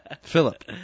Philip